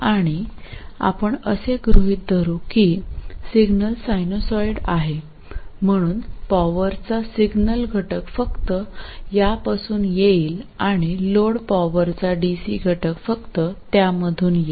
आणि आपण असे गृहित धरू की सिग्नल साइनसॉइड आहे म्हणून पॉवरचा सिग्नल घटक फक्त यापासून येईल आणि लोड पॉवरचा डीसी घटक फक्त त्यामधून येईल